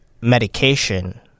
medication